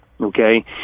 okay